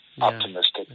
optimistic